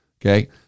Okay